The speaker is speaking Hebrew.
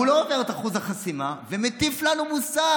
שהוא לא עובר את אחוז החסימה, ומטיף לנו מוסר.